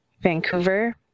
Vancouver